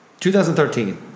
2013